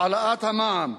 העלאת המע"מ.